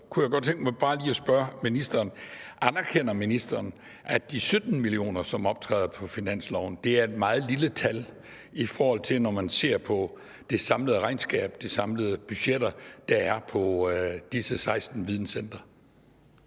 om, kunne jeg godt tænke mig bare lige at spørge ministeren: Anerkender ministeren, at de 17 mio. kr., som optræder på finansloven, er et meget lille beløb i forhold til det samlede regnskab, de samlede budgetter, der er, for disse 16 videncentre?